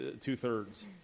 two-thirds